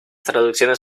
traducciones